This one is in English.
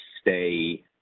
stay